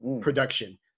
production